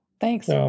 thanks